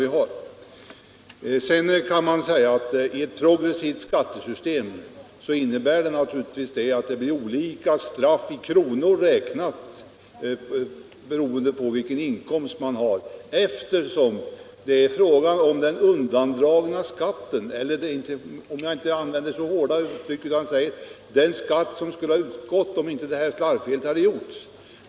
Man kan naturligtvis säga att det i ett progressivt skattesystem innebär att det blir olika straff i kronor räknat beroende på olika inkomster, eftersom det är fråga om olika stora belopp när det gäller den undandragna skatten — eller, om jag inte använder ett så hårt uttryck — den skatt som skulle ha utgått därest inte något slarvfel hade gjorts.